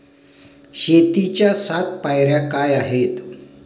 शेतीच्या सात पायऱ्या काय आहेत?